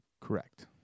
Correct